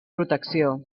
protecció